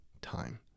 time